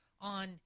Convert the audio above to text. on